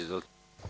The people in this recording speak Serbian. Izvolite.